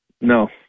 No